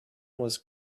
was